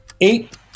Eight